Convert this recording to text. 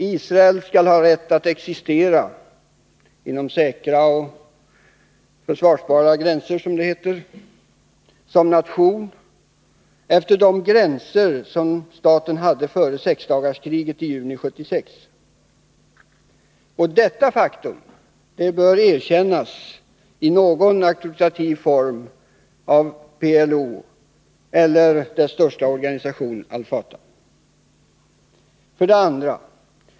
Israel skall ha rätt att existera — inom säkra och erkända gränser, som det heter — såsom nation efter de gränser som staten hade före sexdagarskriget i juni 1976. Detta faktum bör erkännas i någon auktoritativ form av PLO eller dess största organisation Al Fatah. 2.